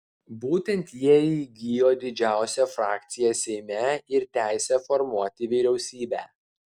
būtent jie įgijo didžiausią frakciją seime ir teisę formuoti vyriausybę